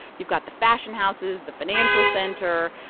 you've got the fashion houses, the financial center,